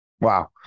Wow